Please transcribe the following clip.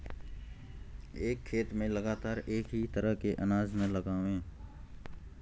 एक खेत में लगातार एक ही तरह के अनाज न लगावें